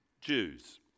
Jews